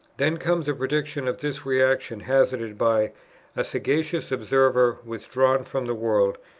then comes the prediction of this re-action hazarded by a sagacious observer withdrawn from the world,